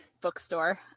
bookstore